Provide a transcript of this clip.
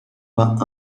vingt